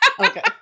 Okay